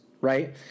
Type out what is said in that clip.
right